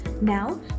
now